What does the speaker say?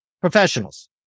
Professionals